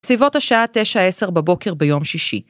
סביבות השעה 9-10 בבוקר ביום שישי.